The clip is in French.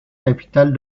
capitale